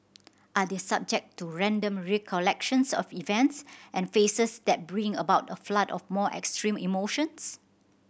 are they subject to random recollections of events and faces that bring about a flood of more extreme emotions